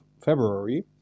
February